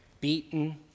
beaten